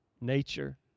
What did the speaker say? Nature